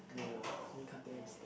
yeah it's me cutting the steak